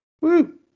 Woo